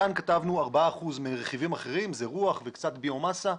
כאן כתבנו ארבעה אחוזים מרכיבים אחרים שהם רוח וקצת ביו-מסה,